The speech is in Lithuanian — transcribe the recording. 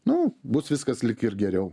nu bus viskas lyg ir geriau